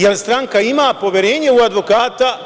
Jel stranka ima poverenje u advokata?